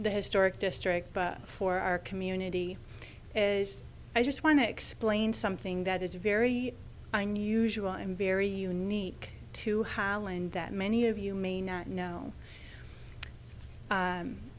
the historic district but for our community is i just want to explain something that is very unusual and very unique to holland that many of you may not know